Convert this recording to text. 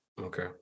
okay